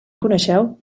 coneixeu